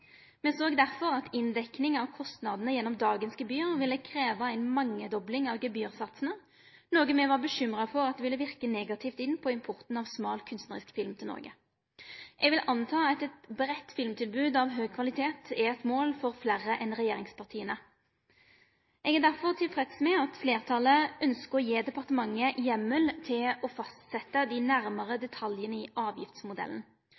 Me såg derfor at å dekkje inn kostnadene gjennom dagens gebyr ville krevje ei mangedobling av gebyrsatsane, noko me var bekymra for ville verke negativt inn på importen av smal, kunstnarisk film til Noreg. Eg vil anta at eit breitt filmtilbod av høg kvalitet er eit mål for fleire enn regjeringspartia. Eg er derfor tilfreds med at fleirtalet ønskjer å gje departementet heimel til å fastsetje dei nærmare detaljane i avgiftsmodellen.